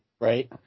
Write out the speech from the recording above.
right